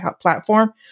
platform